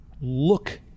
look